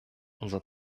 unser